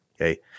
Okay